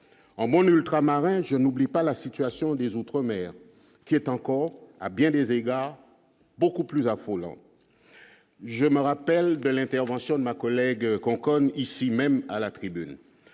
en moins de ultramarins je n'oublie pas la situation des outre-mer qui est encore à bien des égards beaucoup plus affolantes, je me rappelle de l'intervention de ma collègue, on connaît ici même à la tribune,